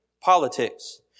politics